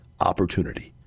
opportunity